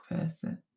person